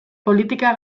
politika